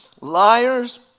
Liars